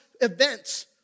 events